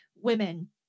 women